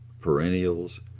perennials